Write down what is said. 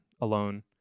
alone